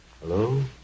Hello